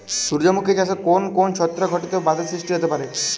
সূর্যমুখী চাষে কোন কোন ছত্রাক ঘটিত বাধা সৃষ্টি হতে পারে?